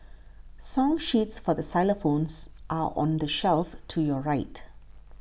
song sheets for xylophones are on the shelf to your right